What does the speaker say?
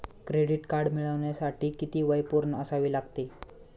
Credit card मिळवण्यासाठी किती वय पूर्ण असावे लागते?